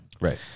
Right